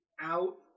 out